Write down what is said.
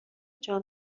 جان